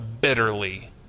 bitterly